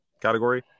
category